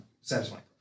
satisfying